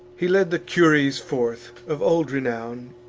he led the cures forth, of old renown,